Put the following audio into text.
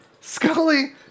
Scully